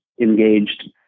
engaged